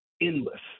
endless